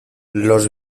los